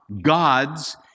gods